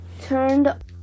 turned